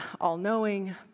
all-knowing